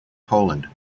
poland